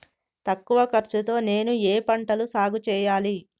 తక్కువ ఖర్చు తో నేను ఏ ఏ పంటలు సాగుచేయాలి?